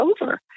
over